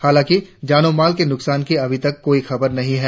हालांकि जानमाल के नुकसान की अभी तक कोई खबर नही है